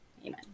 Amen